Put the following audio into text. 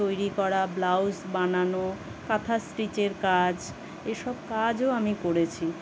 তৈরি করা ব্লাউজ বানানো কাঁথা স্টিচের কাজ এসব কাজও আমি করেছি